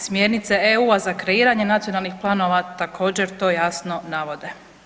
Smjernice EU-a za kreiranje nacionalnih planova također to jasno navode.